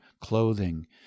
clothing